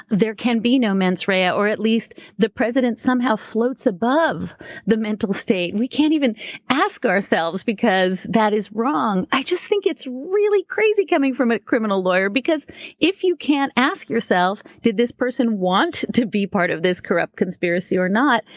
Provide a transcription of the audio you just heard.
there can be no mens rea. ah or at least the president somehow floats above the mental state. we can't even ask ourselves, because that is wrong. i just think it's really crazy coming from a criminal lawyer. because if you can't ask yourself, did this person want to be part of this corrupt conspiracy or not?